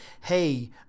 hey